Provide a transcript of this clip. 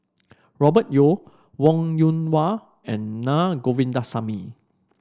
Robert Yeo Wong Yoon Wah and Naa Govindasamy